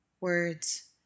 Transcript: words